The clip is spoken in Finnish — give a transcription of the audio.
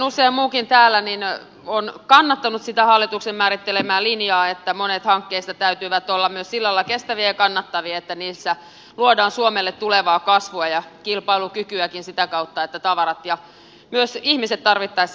usea muukin täällä on kannattanut sitä hallituksen määrittelemää linjaa että monien hankkeista täytyy olla myös sillä lailla kestäviä ja kannattavia että niissä luodaan suomelle tulevaa kasvua ja kilpailukykyäkin sitä kautta että tavarat ja myös ihmiset tarvittaessa liikkuvat